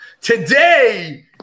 today